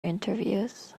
interviews